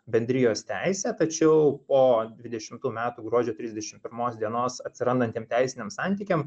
bendrijos teisė tačiau po dvidešimtų metų gruodžio trisdešim pirmos dienos atsirandantiem teisiniam santykiam